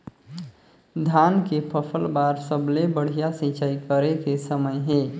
धान के फसल बार सबले बढ़िया सिंचाई करे के समय हे?